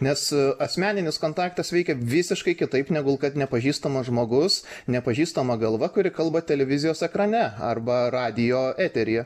nes asmeninis kontaktas veikia visiškai kitaip negu kad nepažįstamas žmogus nepažįstama galva kuri kalba televizijos ekrane arba radijo eteryje